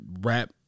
rap